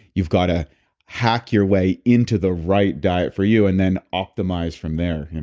you've got to hack your way into the right diet for you and then optimize from there. you